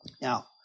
Now